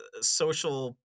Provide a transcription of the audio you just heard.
social